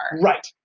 Right